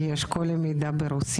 יש את כל המידע ברוסית,